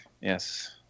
Yes